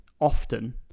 often